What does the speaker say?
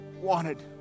wanted